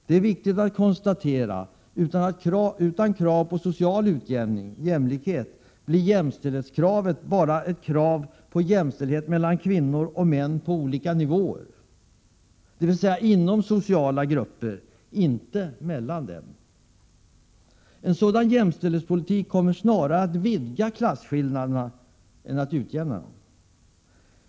Det är viktigt att konstatera att utan krav på social utjämning — jämlikhet — blir jämställdhetskravet bara ett krav på jämställdhet mellan kvinnor och män på olika nivåer, dvs. inom olika sociala grupper, inte mellan dem. En sådan jämställdhetspolitik kommer snarare att vidga klasskillnaderna än att utjämna dem.